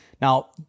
Now